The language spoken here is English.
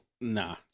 Nah